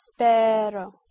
espero